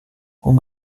hon